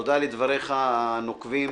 אדוני, על דבריך הנוקבים.